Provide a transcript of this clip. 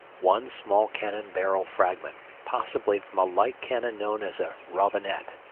one small cannon barrel fragment, possibly from a light cannon known as a robinet,